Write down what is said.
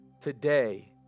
Today